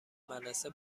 مدرسه